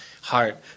heart